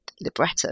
libretto